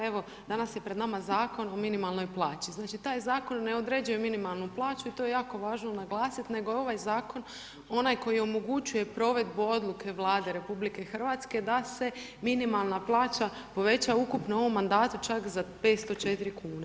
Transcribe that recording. Evo danas je pred nama Zakon o minimalnoj plaći, znači taj zakon ne određuje minimalnu plaću i to je jako važno naglasiti nego je ovaj zakon onaj koji omogućuje provedbu odluke Vlade RH da se minimalna plaća poveća ukupno u ovom mandatu čak za 504 kune.